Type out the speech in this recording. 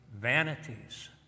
vanities